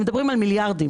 מדברים על מיליארדים.